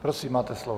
Prosím, máte slovo.